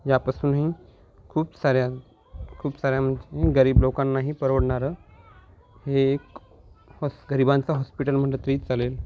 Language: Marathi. यापासूनही खूप साऱ्या खूप साऱ्या म्हणजे गरीब लोकांनाही परवडणारं हे एक हॉस् गरिबांचं हॉस्पिटल म्हटलं तरी चालेल